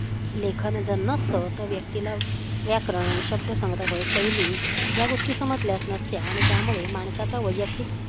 लेखन जर नसतं तर व्यक्तीला व्याकरण शब्दसंग्रह शैली या गोष्टी समजल्याच नसत्या आणि त्यामुळे माणसाचा वैयक्तिक